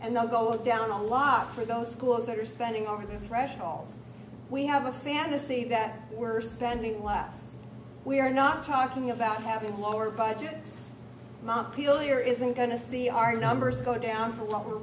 and they'll go down a lot for those schools are spending over the threshold we have a fantasy that we're spending less we are not talking about having lower budget people you're isn't going to see our numbers go down for what we're